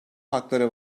hakları